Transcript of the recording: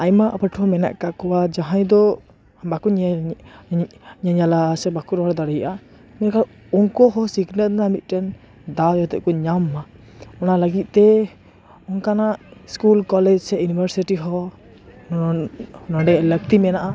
ᱟᱭᱢᱟ ᱯᱟᱹᱴᱷᱩᱣᱟ ᱢᱮᱱᱟᱜ ᱟᱠᱟᱫ ᱠᱚᱣᱟ ᱡᱟᱦᱟᱭ ᱫᱚ ᱵᱟᱠᱚ ᱧᱮᱧᱮ ᱧᱮ ᱧᱮᱧᱮᱞᱟ ᱥᱮ ᱵᱟᱠᱚ ᱨᱟᱲ ᱫᱟᱲᱮᱭᱟᱜᱼᱟ ᱢᱮᱱᱠᱷᱟᱱ ᱩᱱᱠᱩ ᱦᱚᱸ ᱥᱤᱠᱷᱱᱟᱹᱛ ᱨᱮᱱᱟᱜ ᱢᱤᱫᱴᱮᱱ ᱫᱟᱣ ᱡᱟᱛᱮ ᱠᱚ ᱧᱟᱢ ᱢᱟ ᱚᱱᱟ ᱞᱟᱹᱜᱤᱫ ᱛᱮ ᱚᱱᱠᱟᱱᱟᱜ ᱤᱥᱠᱩᱞ ᱠᱚᱞᱮᱡᱽ ᱥᱮ ᱤᱭᱩᱱᱤᱵᱦᱟᱨᱥᱤᱴᱤ ᱦᱚᱸ ᱱᱚᱰᱮ ᱞᱟᱹᱠᱛᱤ ᱢᱮᱱᱟᱜᱼᱟ